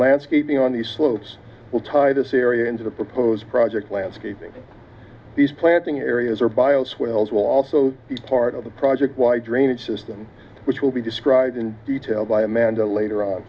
landscaping on the slopes will tie this area into the proposed project landscaping these planting areas or bio swells will also be part of the project y drainage system which will be described in detail by amanda later on